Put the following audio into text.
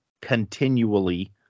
continually